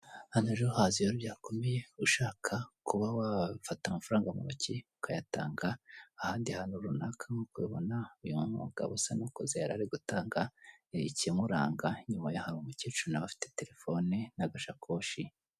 Hano rero uhaza iyo byakomeye, ushaka kuba wafata amafaranga mu ntoki, ukayatanga ahandi hantu runaka, nk'uko ubibona uyu mugabo usa n'ukuze, yari ari gutanga ikimuranga, inyuma ye hari umukecuru na we afite telefoni n'agashakoshi.